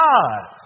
God